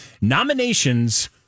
Nominations